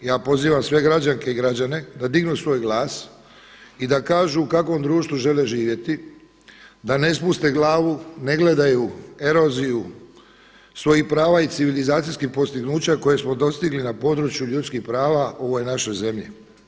Ja pozivam sve građanke i građane da dignu svoj glas i da kažu u kakvom društvu žele živjeti, da ne spuste glavu, ne gledaju eroziju svojih prava i civilizacijskih postignuća koje smo dostigli na području ljudskih prava u ovoj našoj zemlji.